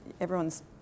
Everyone's